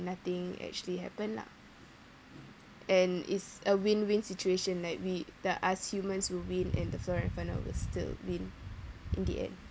nothing actually happen lah and it's a win win situation like we the us humans will win and the flora and fauna will still win in the end